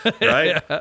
Right